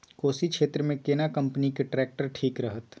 कोशी क्षेत्र मे केना कंपनी के ट्रैक्टर ठीक रहत?